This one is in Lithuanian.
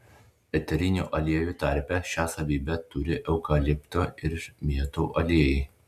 eterinių aliejų tarpe šią savybę turi eukalipto ir mėtų aliejai